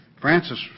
Francis